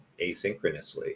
asynchronously